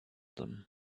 them